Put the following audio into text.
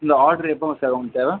இந்த ஆட்ரு எப்போங்க சார் உங்களுக்கு தேவை